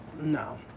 No